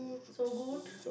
so good